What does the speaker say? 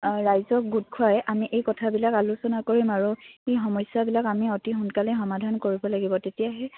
ৰাইজক গোট খুৱাই আমি এই কথাবিলাক আলোচনা কৰিম আৰু সেই সমস্যাবিলাক আমি অতি সোনকালে সমাধান কৰিব লাগিব তেতিয়াহে